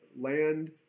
land